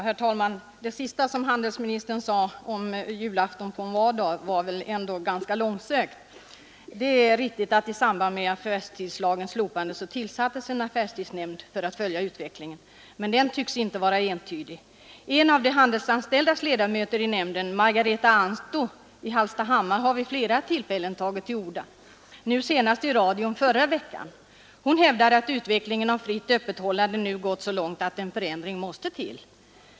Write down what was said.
Herr talman! Det sista handelministern sade, om att julafton är på en vardag, är väl ändå ganska långsökt. Det är riktigt att i samband med affärstidslagens slopande tillsattes en affärstidsnämnd för att följa utvecklingen. Men den tycks inte vara enhällig. En av de handelsanställdas ledamöter i nämnden, Margareta Anto i Hallstahammar, har vid flera tillfällen tagit till orda, nu senast i radion förra veckan. Hon hävdar att utvecklingen av fritt öppethållande nu gått så långt att en förändring måste till.